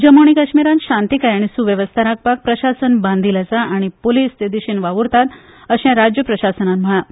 जम्मू आनी कश्मीरांत शांतीकाय आनी सुवेवस्था राखपाक प्रशासन बांदील आसा आनी पुलीस ते दिशेन वावुरतात अशें राज्य प्रशासनान म्हळां